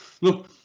look